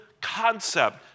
concept